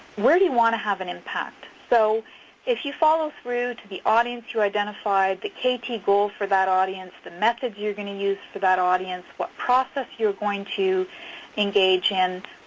where do you want to have an impact? so if you follow through to the audience you identified, the kt goal for that audience, the method you're going to use for that audience, what process you're going to engage in,